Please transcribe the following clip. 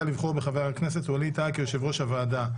לבחור בחבר הכנסת ווליד טאהא כיושב-ראש הוועדה.